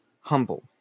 humble